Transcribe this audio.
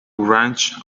wrench